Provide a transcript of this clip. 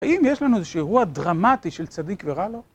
האם יש לנו איזשהו אירוע דרמטי של צדיק ורע לו?